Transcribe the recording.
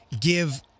give